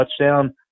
touchdown